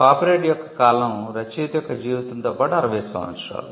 copyright యొక్క కాలం రచయిత యొక్క జీవితంతో పాటు 60 సంవత్సరాలు